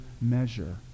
measure